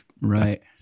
Right